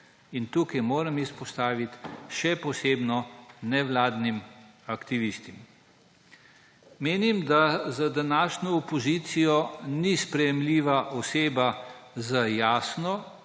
− tukaj moram izpostaviti − še posebno nevladnim aktivistom. Menim, da za današnjo opozicijo ni sprejemljiva oseba z jasno